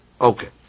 Okay